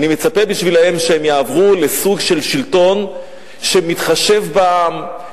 אני מצפה בשבילם שהם יעברו לסוג של שלטון שמתחשב בעם,